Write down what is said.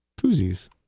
Koozies